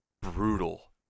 brutal